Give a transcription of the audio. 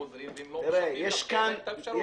חוזרים והם לא משלמים כי אין להם את האפשרות.